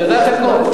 נכון,